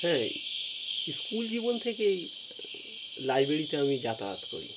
হ্যাঁ স্কুল জীবন থেকেই লাইব্রেরিতে আমি যাতায়াত করি